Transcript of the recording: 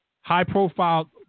high-profile